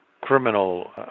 criminal